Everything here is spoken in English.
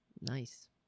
Nice